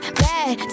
bad